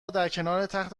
درکنارتخت